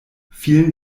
vielen